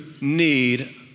need